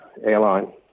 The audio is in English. airline